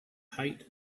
height